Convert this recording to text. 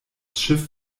schiff